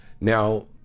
now